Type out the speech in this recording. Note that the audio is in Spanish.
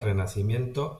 renacimiento